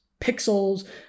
pixels